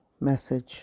message